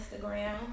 Instagram